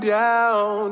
down